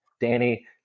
danny